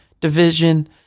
division